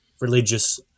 religious